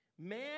Man